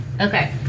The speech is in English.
Okay